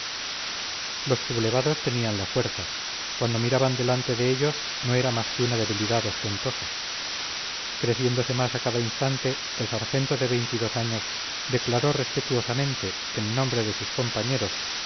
los sublevados tenían la fuerza cuanto miraban delante de ellos no era más que una debilidad ostentosa creciéndose más a cada instante el sargento de veintidós años declaró respetuosamente en nombre de sus compañeros